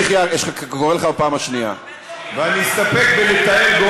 למה לא שתקת?